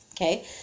okay